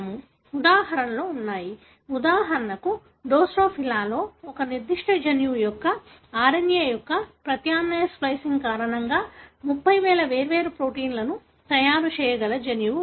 ఉదాహరణలు ఉన్నాయి ఉదాహరణకు డ్రోసోఫిలాలో ఒక నిర్దిష్ట జన్యువు యొక్క RNA యొక్క ప్రత్యామ్నాయ స్ప్లికింగ్ కారణంగా 30000 వేర్వేరు ప్రోటీన్లను తయారు చేయగల జన్యువు ఉంది